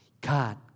God